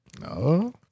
no